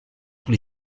tous